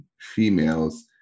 females